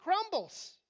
crumbles